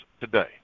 today